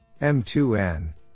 M2N